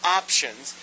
options